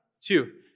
Two